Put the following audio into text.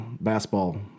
Basketball